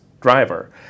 driver